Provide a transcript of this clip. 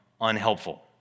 unhelpful